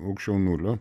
aukščiau nulio